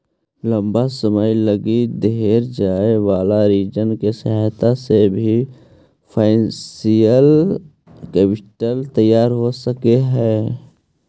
लंबा समय लगी देल जाए वाला ऋण के सहायता से भी फाइनेंशियल कैपिटल तैयार हो सकऽ हई